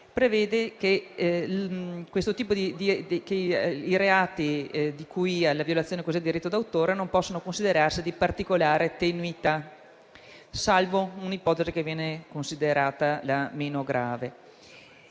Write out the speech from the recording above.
prevede che i reati relativi alla violazione del cosiddetto diritto d'autore non possano considerarsi di particolare tenuità, salvo un'ipotesi che viene considerata la meno grave